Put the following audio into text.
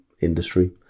industry